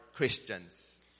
Christians